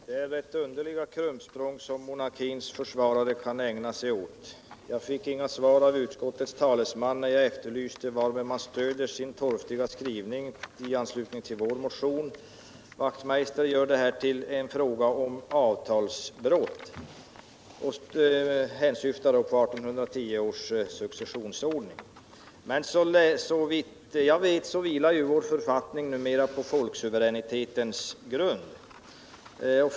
Herr talman! Det är rätt underliga krumsprång monarkins försvarare kan ägna sig åt. Jag fick inget svar av utskottets talesman när jag efterlyste varpå man stöder sin torftiga skrivning med anledning av vår motion. Hans Wachtmeister gör det här till en fråga om avtalsbrott och syftar då på 1810 års successionsordning. Såvitt jag vet vilar vår författning numera på folksuveränitetens grund.